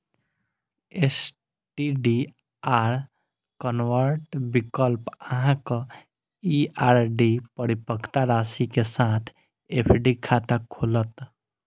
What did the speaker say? STDR convert विकल्प अहांक ई आर.डी परिपक्वता राशि के साथ एफ.डी खाता खोलत